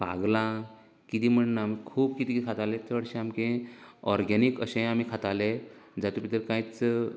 फागलां कितें म्हण ना आमी खूब कितें कितें खाताले चडशें आमचें ऑर्गेनीक अशें आमी खाताले जातूंत भितर कांयच